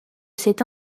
cet